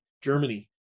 Germany